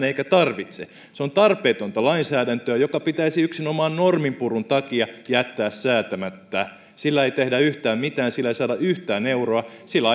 eikä tarvitse se on tarpeetonta lainsäädäntöä joka pitäisi yksinomaan norminpurun takia jättää säätämättä sillä ei tehdä yhtään mitään sillä ei saada yhtään euroa sillä